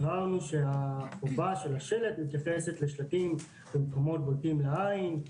הבהרנו שהחובה של השלט מתייחסת לשלטים במקומות בולטים לעין,